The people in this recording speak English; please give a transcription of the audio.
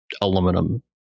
aluminum